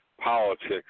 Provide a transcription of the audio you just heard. politics